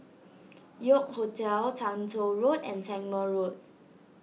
York Hotel Toh Tuck Road and Tangmere Road